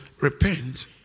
repent